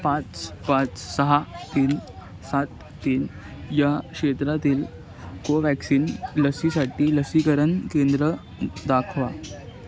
पाच पाच सहा तीन सात तीन या क्षेत्रातील कोव्हॅक्सिन लसीसाठी लसीकरण केंद्र दाखवा